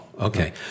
okay